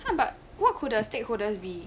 how about what could the stakeholders be